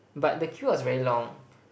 but the queue was very long